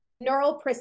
neural